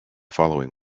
following